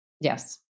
Yes